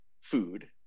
food